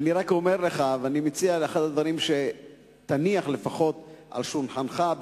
אני רק מציע לך אחד הדברים שתניח על שולחנך לפחות,